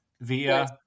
via